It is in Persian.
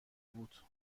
بود